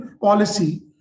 policy